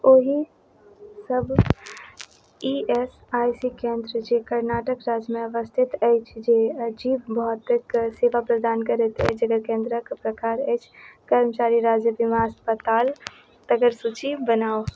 ओहि सब E S I C केन्द्र जे कर्नाटक राज्यमे अवस्थित अछि जे अजीव भौतिक सेवा प्रदान करैत अछि जकर केन्द्रक प्रकार अछि कर्मचारी राज्य बीमा अस्पताल तकर सूची बनाउ